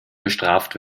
bestraft